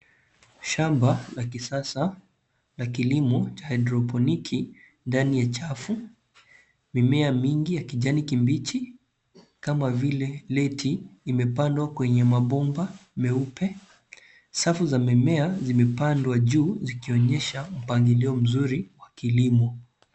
Shamba la kisasa la kilimo cha haidropoiki ndani ya chafu. Mimea mingi ya kijani kibichi kama vile leti imepandwa kwenye mabomba meupe. Safu za mimea zimepandwa juu zikionyesha mpangilio mzuri wa kilimo.